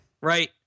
Right